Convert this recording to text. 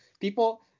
people